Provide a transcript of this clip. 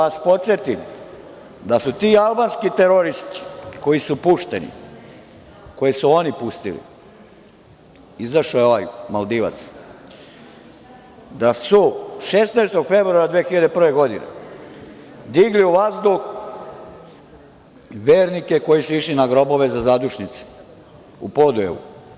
Da vas podsetim da su ti albanski teroristi koji su pušteni, koje su oni pustili, izašao je ovaj Maldivac, da su 16. februara 2001. godine digli u vazduh vernike koji su išli na grobove za zadušnice u Podujevu.